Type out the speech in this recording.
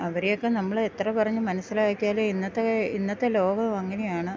അവരെയൊക്ക നമ്മൾ എത്ര പറഞ്ഞ് മനസ്സിലാക്കിയാൽ ഇന്നത്തെ ഇന്നത്തെ ലോകം അങ്ങനെയാണ്